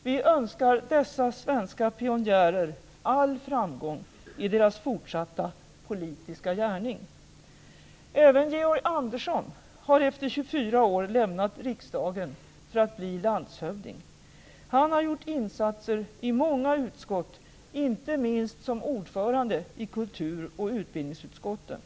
Vi önskar dessa svenska pionjärer all framgång i deras fortsatta politiska gärning. Även Georg Andersson har efter 24 år lämnat riksdagen för att bli landshövding. Han har gjort insatser i många utskott, inte minst som ordförande i kultur och utbildningsutskotten.